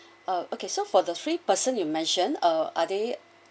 uh okay so for the three person you mentioned uh are they